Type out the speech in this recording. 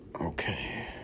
Okay